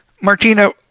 Martino